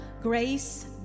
Grace